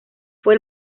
fue